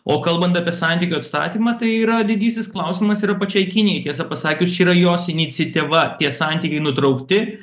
o kalbant apie santykių atstatymą tai yra didysis klausimas yra pačiai kinijai tiesą pasakius čia yra jos iniciatyva tie santykiai nutraukti